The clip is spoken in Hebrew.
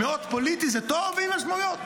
מאוד פוליטי, זה טוב, אבל עם משמעויות.